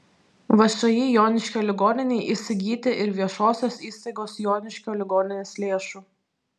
všį joniškio ligoninei įsigyti ir viešosios įstaigos joniškio ligoninės lėšų